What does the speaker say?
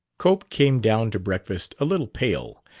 cope came down to breakfast a little pale,